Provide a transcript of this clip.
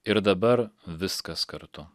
ir dabar viskas kartu